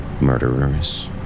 murderers